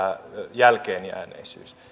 jälkeenjääneisyys